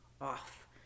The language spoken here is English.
off